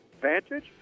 Vantage